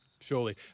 Surely